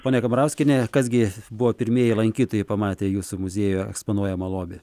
ponia kamarauskienė kas gi buvo pirmieji lankytojai pamatę jūsų muziejuje eksponuojamą lobį